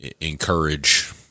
encourage